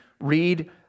read